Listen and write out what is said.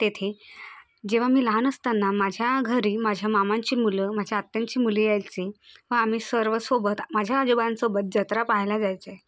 तेथे जेव्हा मी लहान असताना माझ्या घरी माझ्या मामांची मुलं माझ्या आत्यांची मुली यायची व आम्ही सर्व सोबत माझ्या आजोबांसोबत जत्रा पाहायला जायचं आहे